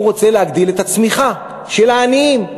הוא רוצה להגדיל את הצמיחה של העניים,